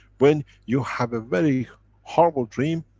when you have a very horrible dream,